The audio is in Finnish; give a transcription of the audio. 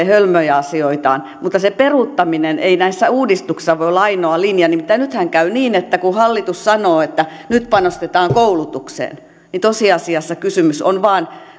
hölmöjä asioitaan mutta se peruuttaminen ei näissä uudistuksissa voi olla ainoa linja nimittäin nythän käy niin että kun hallitus sanoo että nyt panostetaan koulutukseen niin tosiasiassa kysymys on vain